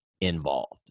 involved